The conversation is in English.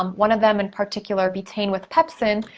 um one of them, in particular, betaine with pepsin,